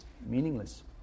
meaningless